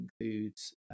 includes